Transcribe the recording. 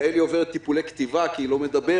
יעלי עוברת טיפולי כתיבה כי היא לא מדברת.